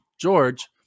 George